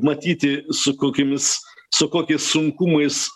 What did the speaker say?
matyti su kokiomis su kokiais sunkumais